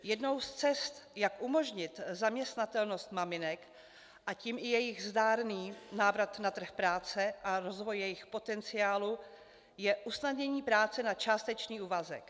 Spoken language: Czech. Jednou z cest, jak umožnit zaměstnatelnost maminek, a tím i jejich zdárný návrat na trh práce a rozvoj jejich potenciálu, je usnadnění práce na částečný úvazek.